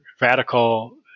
radical